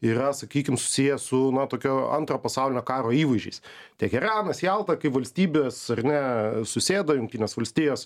yra sakykim susiję su na tokio antro pasaulinio karo įvaizdžiais teheranas jalta kaip valstybės ar ne susėda jungtinės valstijos